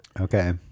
okay